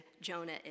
Jonah